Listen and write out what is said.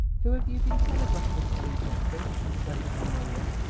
who have you been telegraphing to, geoffrey? asked lady honoria.